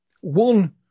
One